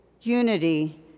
unity